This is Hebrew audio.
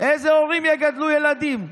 איזה הורים יגדלו ילדים?